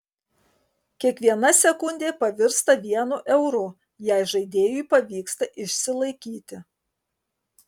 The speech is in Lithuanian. kiekviena sekundė pavirsta vienu euru jei žaidėjui pavyksta išsilaikyti